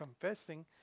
confessing